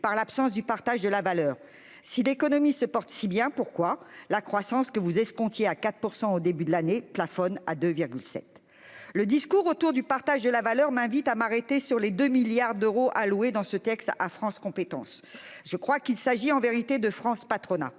par l'absence du partage de la valeur. Si l'économie se porte si bien, pourquoi donc la croissance, dont vous escomptiez au début de l'année qu'elle atteindrait 4 % du PIB, plafonne-t-elle à 2,7 %? Le discours tenu autour du partage de la valeur m'incite à m'arrêter sur les 2 milliards d'euros alloués dans ce texte à France compétences. Je crois qu'il s'agit en vérité de « France patronat